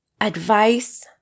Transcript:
Advice